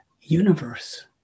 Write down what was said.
universe